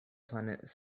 planet